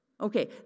Okay